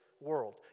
world